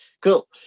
Cool